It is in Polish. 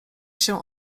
się